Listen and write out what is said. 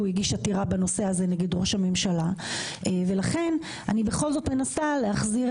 הגיש עתירה בנושא הזה נגד ראש הממשלה ולכן אני בכל זאת מנסה להחזיר